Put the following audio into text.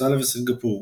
אוסטרליה וסינגפור.